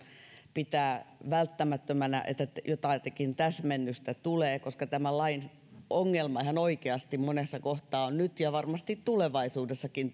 pitää välttämättömänä että jotakin täsmennystä tulee koska tämän lain ongelma ihan oikeasti monessa kohtaa on nyt ja varmasti tulevaisuudessakin